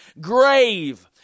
grave